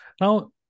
Now